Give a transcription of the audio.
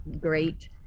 great